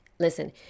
Listen